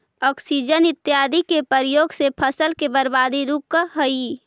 auxin इत्यादि के प्रयोग से फसल के बर्बादी रुकऽ हई